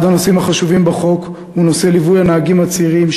אחד הנושאים החשובים בחוק הוא נושא ליווי הנהגים הצעירים,